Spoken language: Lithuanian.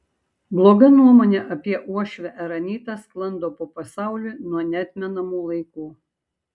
bloga nuomonė apie uošvę ar anytą sklando po pasaulį nuo neatmenamų laikų